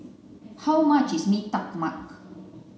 how much is mee tai mak